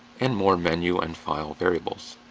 and more menu and file variables.